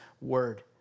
word